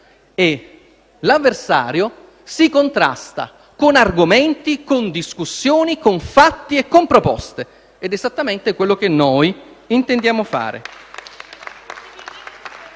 e l'avversario si contrasta con argomenti, con discussioni, con fatti e con proposte. Ed è esattamente quello che noi intendiamo fare.